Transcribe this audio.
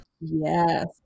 yes